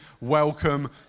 Welcome